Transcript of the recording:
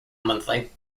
monthly